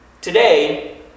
Today